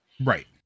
Right